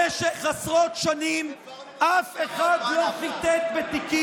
רפורמים עושים פשרה, לא אנחנו.